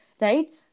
Right